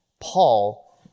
Paul